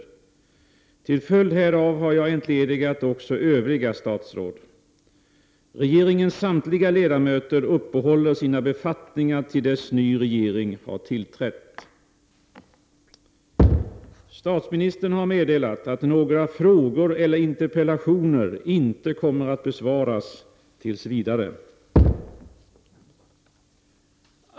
Till följd härav har jag entledigat också övriga statsråd. Regeringens samtliga ledamöter uppehåller sina befattningar till dess ny regering har tillträtt. Statministern har meddelat att några frågor eller interpellationer inte kommer att besvaras tills vidare.